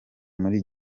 muri